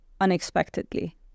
unexpectedly